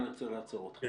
אני רוצה לעצור אותך,